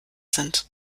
sind